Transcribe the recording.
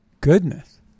goodness